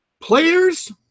players